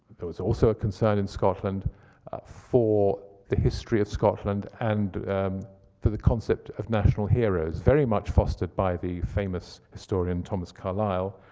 there was also a concern in scotland ah for the history of scotland and for the concept of national heroes, very much fostered by the famous historian thomas carlyle.